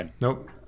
nope